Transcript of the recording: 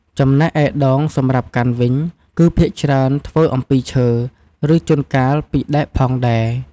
ចំណែកឯដងសម្រាប់កាន់វិញ គឺភាគច្រើនធ្វើអំពីឈើ ឬជួនកាលពីដែកផងដែរ។